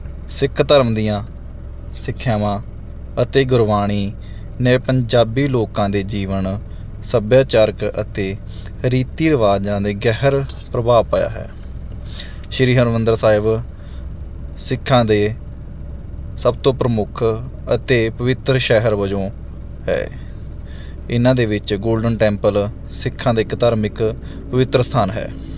ਸਿੱਖ ਧਰਮ ਦੀਆਂ ਸਿੱਖਿਆਵਾਂ ਅਤੇ ਗੁਰਬਾਣੀ ਨੇ ਪੰਜਾਬੀ ਲੋਕਾਂ ਦੇ ਜੀਵਨ ਸੱਭਿਆਚਾਰਕ ਅਤੇ ਰੀਤੀ ਰਿਵਾਜ਼ਾਂ 'ਤੇ ਗਹਿਰਾ ਪ੍ਰਭਾਵ ਪਾਇਆ ਹੈ ਸ਼੍ਰੀ ਹਰਿਮੰਦਰ ਸਾਹਿਬ ਸਿੱਖਾਂ ਦੇ ਸਭ ਤੋਂ ਪ੍ਰਮੁੱਖ ਅਤੇ ਪਵਿੱਤਰ ਸ਼ਹਿਰ ਵਜੋਂ ਹੈ ਇਹਨਾਂ ਦੇ ਵਿੱਚ ਗੋਲਡਨ ਟੈਂਪਲ ਸਿੱਖਾਂ ਦੇ ਇੱਕ ਧਾਰਮਿਕ ਪਵਿੱਤਰ ਸਥਾਨ ਹੈ